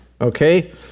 Okay